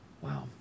Wow